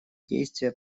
действия